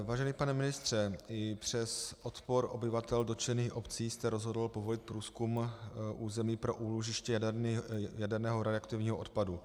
Vážený pane ministře, i přes odpor obyvatel dotčených obcí jste rozhodl povolit průzkum území pro úložiště jaderného radioaktivního odpadu.